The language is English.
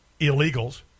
illegals